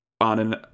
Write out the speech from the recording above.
on